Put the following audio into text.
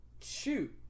shoot